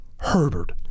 Herbert